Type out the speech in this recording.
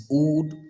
old